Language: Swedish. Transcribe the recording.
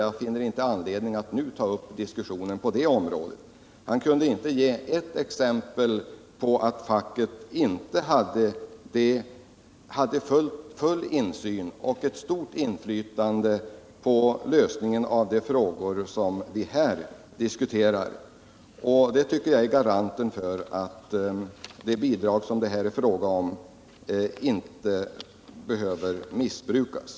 Jag finner inte anledning att nu ta upp diskussionen på de områdena. Han kunde inte ge ett enda exempel på att facket inte hade full insyn och ett stort inflytande på lösningen av de frågor som vi här diskuterar. Det tycker jag garanterar att det bidrag som det här är fråga om inte kommer att missbrukas.